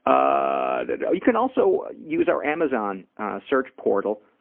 and you can also use our amazon search portal,